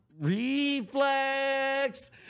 Reflex